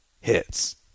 hits